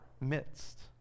midst